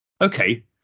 okay